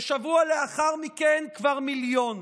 ושבוע לאחר מכן כבר מיליון.